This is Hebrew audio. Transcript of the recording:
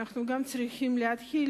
אנו גם צריכים להתחיל,